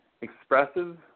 expressive